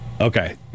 Okay